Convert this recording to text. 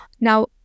now